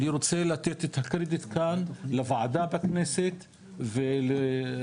אני רוצה לתת את הקרדיט כאן לוועדה בכנסת ולחבר